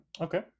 Okay